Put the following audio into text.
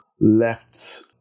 left